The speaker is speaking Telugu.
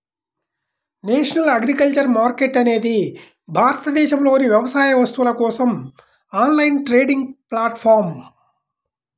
నేషనల్ అగ్రికల్చర్ మార్కెట్ అనేది భారతదేశంలోని వ్యవసాయ వస్తువుల కోసం ఆన్లైన్ ట్రేడింగ్ ప్లాట్ఫారమ్